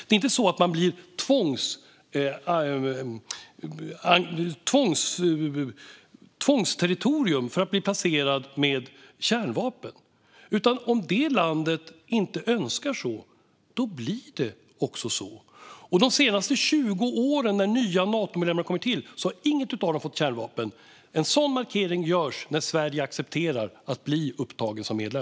Det är inte så att man tvångsplacerar kärnvapen på dess territorium. Om det landet inte önskar ha det så, då blir det inte så. Av de länder som tillkommit som Natomedlemmar de senaste 20 åren har inget fått kärnvapen. En sådan markering görs när Sverige accepterar att bli upptaget som medlem.